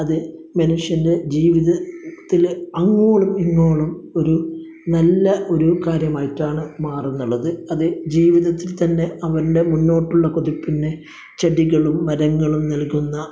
ഒരു മനുഷ്യനു ജീവിതത്തില് അങ്ങോളം ഇങ്ങോളം ഒരു നല്ല ഒരു കാര്യമായിട്ടാണ് മാറുന്നുള്ളത് അത് ജീവിതത്തില് തന്നെ അവന്റെ മുന്നോട്ടുള്ള കുതിപ്പിനെ ചെടികളും മരങ്ങളും നല്കുന്ന